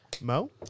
Mo